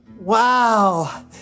Wow